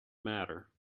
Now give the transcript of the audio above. matter